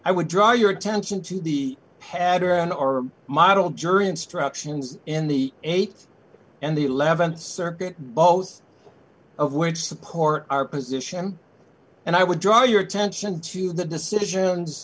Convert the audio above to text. i would draw your attention to the pattern or model jury instructions in the eight and the th circuit both of which support our position and i would draw your attention to the decisions